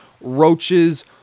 roaches